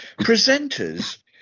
Presenters